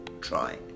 try